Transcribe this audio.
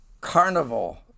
Carnival